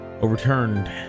overturned